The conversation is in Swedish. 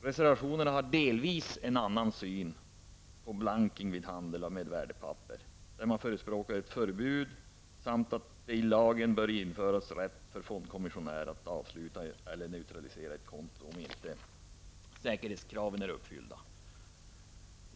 Reservationerna har en delvis annan syn på blankning vid handel med värdepapper. Man förespråkar ett förbud, samt menar att det i lagen bör införas rätt för fondkommissionär att avsluta eller neutralisera ett konto om inte säkerhetskraven är uppfyllda.